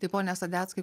tai pone sadeckai